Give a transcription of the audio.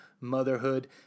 motherhood